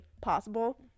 possible